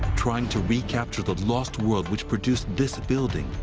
trying to recapture the lost world which produced this building,